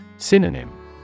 Synonym